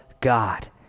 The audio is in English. God